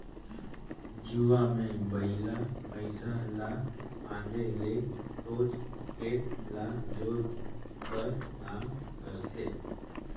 जुवा मे बइला भइसा ल फादे ले सोझ खेत ल जोत कर काम करथे